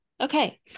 Okay